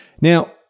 Now